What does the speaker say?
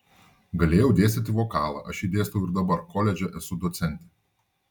galėjau dėstyti vokalą aš jį dėstau ir dabar koledže esu docentė